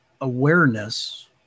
awareness